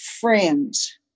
friends